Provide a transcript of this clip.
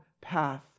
path